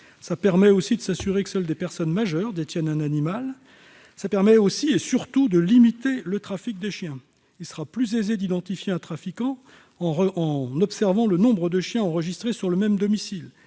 en ligne, de s'assurer que seules des personnes majeures détiennent un animal. Cela permet, surtout, de limiter le trafic des chiens. Il sera effectivement plus aisé d'identifier un trafiquant en observant le nombre de chiens enregistrés sur le même domicile